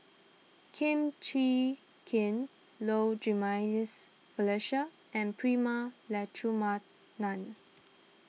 Kum Chee Kin Low Jimenez Felicia and Prema Letchumanan